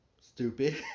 stupid